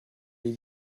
les